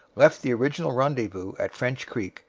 left the original rendezvous at french creek,